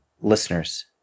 listeners